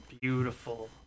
Beautiful